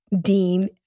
Dean